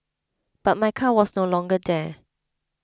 but my car was no longer there